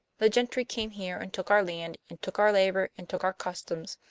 the gentry came here and took our land and took our labor and took our customs.